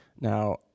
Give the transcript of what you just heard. Now